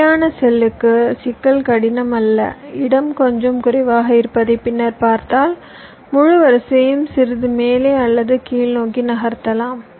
நிலையான செல்லுக்கு சிக்கல் கடினம் அல்ல இடம் கொஞ்சம் குறைவாக இருப்பதை பின்னர் பார்த்தால் முழு வரிசையையும் சிறிது மேலே அல்லது கீழ் நோக்கி நகர்த்தலாம்